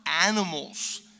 animals